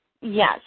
Yes